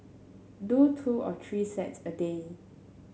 do two or three sets a day